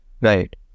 Right